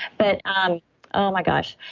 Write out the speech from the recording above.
but um oh my gosh.